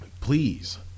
please